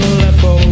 Aleppo